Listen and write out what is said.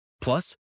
Plus